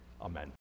amen